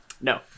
No